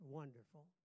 wonderful